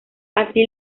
así